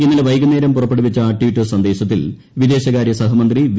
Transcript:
ഇന്നലെ വൈകുന്നേരം പുറപ്പെടുവിച്ച ടിറ്റർ സ്ക്കുള്ളത്തിൽ വിദേശകാരൃ സഹമന്ത്രി വി